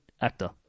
actor